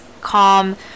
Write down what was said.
calm